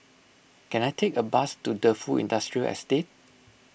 can I take a bus to Defu Industrial Estate